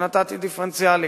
שנתתי דיפרנציאלי.